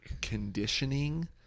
conditioning